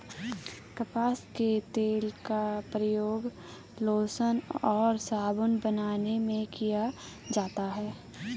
कपास के तेल का प्रयोग लोशन और साबुन बनाने में किया जाता है